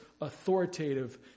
authoritative